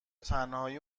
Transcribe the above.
تنهایی